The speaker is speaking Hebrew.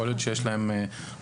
יכול להיות שיש להם אפוטרופוסים,